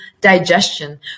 digestion